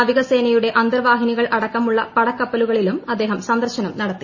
നാവികസേനയുടെ അന്തർവാഹിനികൾ അടക്കമുള്ള പടക്കപ്പലുകളിലും അദ്ദേഹം സന്ദർശനം നടത്തി